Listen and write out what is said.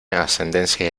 ascendencia